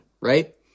right